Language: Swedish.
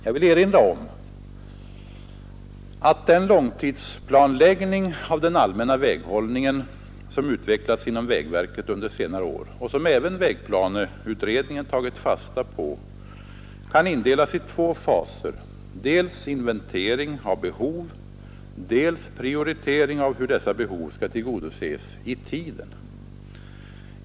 Jag vill erinra om att den långtidsplanläggning av den allmänna väghållningen som utvecklats inom vägverket under senare år och som även vägplaneutredningen tagit fasta på kan indelas i två faser: dels inventering av behov, dels prioritering av hur dessa behov skall tillgodoses i tiden.